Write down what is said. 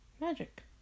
Magic